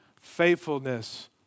faithfulness